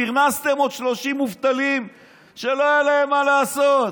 פרנסתם עוד 30 מובטלים שלא היה להם מה לעשות,